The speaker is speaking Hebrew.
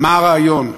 מה הרעיון?